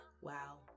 wow